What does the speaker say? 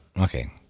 okay